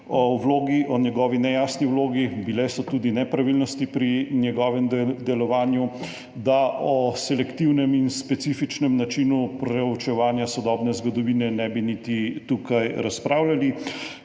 o njegovi nejasni vlogi, bile so tudi nepravilnosti pri njegovem delovanju, da o selektivnem in specifičnem načinu preučevanja sodobne zgodovine ne bi niti tukaj razpravljali.